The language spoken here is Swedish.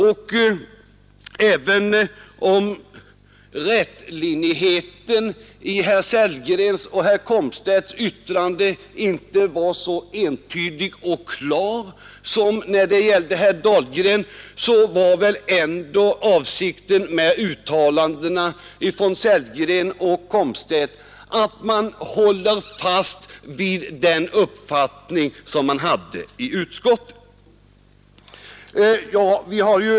Och även om rätlinjigheten i herr Sellgrens och herr Komstedts uttalanden inte var så entydig och klar som i herr Dahlgrens fall, var väl ändå grundvalen för uttalandena från herr Sellgren och herr Komstedt att man håller fast vid den uppfattning som man hade i utskottet.